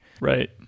Right